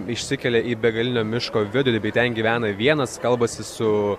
išsikelia į begalinio miško vidurį ten gyvena vienas kalbasi su